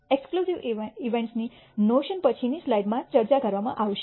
exclusive ઇવેન્ટ્સની notion પછીની સ્લાઇડમાં ચર્ચા કરવામાં આવશે